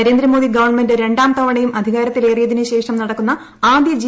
Narendra Modi government രണ്ടാം തവണയും അധികാരത്തിലേറിയതിനു ശേഷം നടക്കുന്ന ആദ്യ ജി